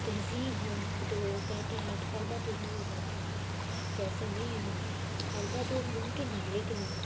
تہذیب ہے تو کہتے ہیں کہ پردہ تو ہو ہی جاتا ہے تو ایسا نہیں ہے پردہ تو ممکن ہے لیکن